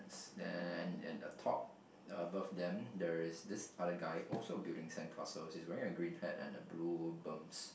then at the top above them there is this other guy also building sand castles he is wearing a green hat and a blue berms